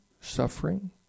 suffering